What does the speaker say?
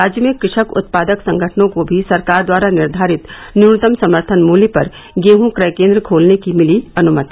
राज्य में कृषक उत्पादक संगठनों को भी सरकार द्वारा निर्धारित न्यूनतम समर्थन मूल्य पर गेहूँ क्रय केन्द्र खोलने की मिली अनुमति